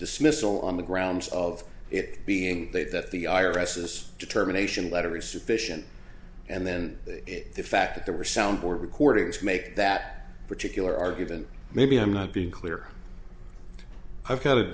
dismissal on the grounds of it being that the i r s is determination letteri sufficient and then the fact that there were soundboard recordings to make that particular argument maybe i'm not being clear i've got a